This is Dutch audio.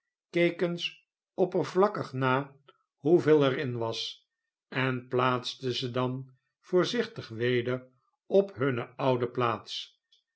eens oppervlakkig na hoeveel er in was en plaatste ze dan voorzichtig weder op hunne oude plaats